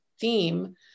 theme